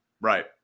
Right